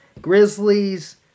Grizzlies